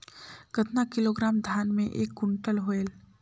कतना किलोग्राम धान मे एक कुंटल होयल?